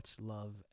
love